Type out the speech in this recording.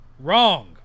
Wrong